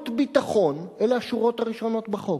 אלה השורות הראשונות בחוק: